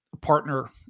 partner